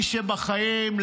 מי שבחיים,